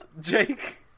Jake